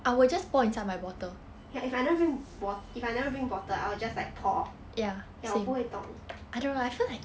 ya if I never bring bot~ if I never bring bottle I will just like pour ya 我不会动